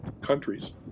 countries